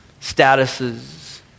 statuses